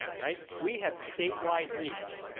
right? we have statewide reach.